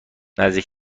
نزدیک